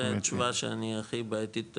זה תשובה שהכי בעייתית לי